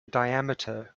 diameter